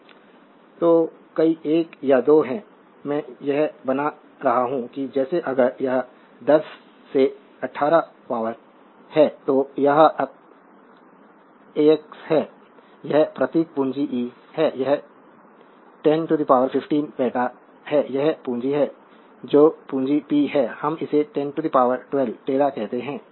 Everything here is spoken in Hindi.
स्लाइड समय देखें 1234 तो कई 1 या 2 हैं मैं यह बना रहा हूं कि जैसे अगर यह 10 से 18 पावर है तो यह एक्सए है यह प्रतीक पूंजी ई है यह 1015 पेटा है यह पूंजी है जो पूंजी पी है हम इसे 1012 तेरा कहते हैं